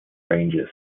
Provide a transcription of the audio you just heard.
ranges